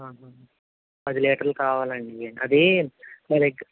పది లీటర్లు కావాలండి అది మా దగ్గర